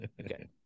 Okay